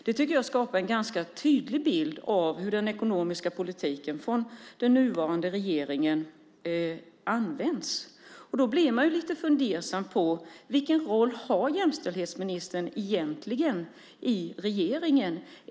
Det tycker jag ger en ganska tydlig bild av hur den nuvarande regeringen använder den ekonomiska politiken. Man blir lite fundersam när det gäller vilken roll jämställdhetsministern egentligen har i regeringen.